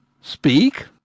speak